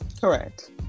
Correct